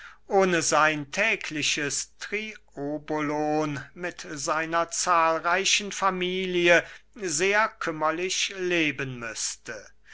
ohne sein tägliches triobolon mit seiner zahlreichen familie sehr kümmerlich leben müßte